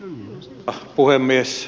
arvoisa puhemies